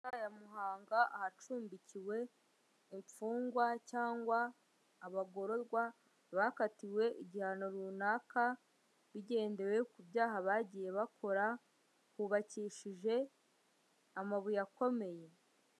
Gereza ya muhanga ahacumbikiwe imfungwa cyangwa abagororwa, bakatiwe igihano runaka bigendewe ku byaha bagiye bakora, hubakishije amabuye akomeye.